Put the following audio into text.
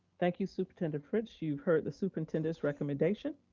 thank you, superintendent fritz. you've heard the superintendent's recommendation.